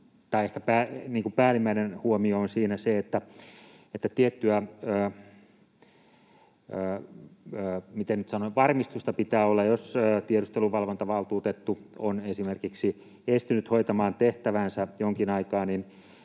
päällimmäinen huomio on siinä se, että tiettyä — miten nyt sanon — varmistusta pitää olla. Jos tiedusteluvalvontavaltuutettu on esimerkiksi estynyt hoitamaan tehtäväänsä jonkin aikaa,